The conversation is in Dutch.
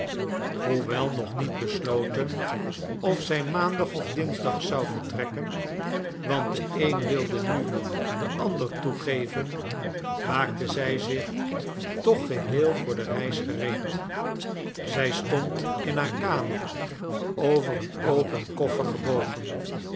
hoewel nog niet besloten of zij maandag of dinsdag zou vertrekken want de een wilde nu den ander toegeven maakte zij zich toch geheel voor de reis gereed zij stond in haar kamer over een open koffer gebogen